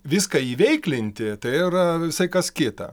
viską iveiklinti tai yra visai kas kita